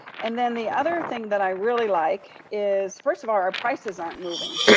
and then the other thing that i really like is, first of all, our prices aren't moving.